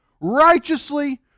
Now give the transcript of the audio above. righteously